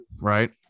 Right